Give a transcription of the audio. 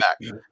back